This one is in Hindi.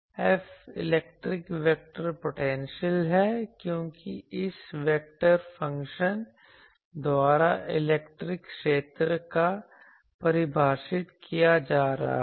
F इलेक्ट्रिक वेक्टर पोटेंशियल है क्योंकि इस वेक्टर फ़ंक्शन द्वारा इलेक्ट्रिक क्षेत्र को परिभाषित किया जा रहा है